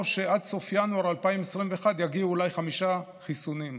שעד סוף ינואר 2021 יגיעו אולי חמישה חיסונים.